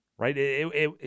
right